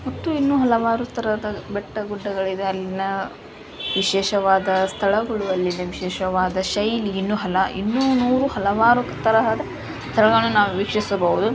ಮತ್ತು ಇನ್ನು ಹಲವಾರು ಥರದ ಬೆಟ್ಟ ಗುಡ್ಡಗಳಿದೆ ಅಲ್ಲಿಯ ವಿಶೇಷವಾದ ಸ್ಥಳಗಳು ಅಲ್ಲಿವೆ ವಿಶೇಷವಾದ ಶೈಲಿ ಇನ್ನು ಹಲ ಇನ್ನು ನೂರು ಹಲವಾರು ತರಹದ ಸ್ಥಳಗಳನ್ನು ನಾವು ವೀಕ್ಷಿಸಬಹ್ದು